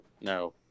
no